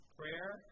prayer